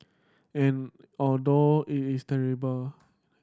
and although it is terrible